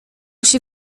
się